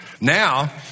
Now